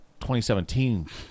2017